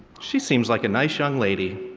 she seems like a nice, young lady.